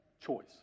choice